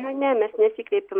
ne ne mes nesikreipėm